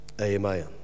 Amen